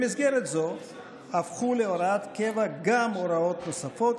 במסגרת זו הפכו להוראת קבע גם הוראות נוספות,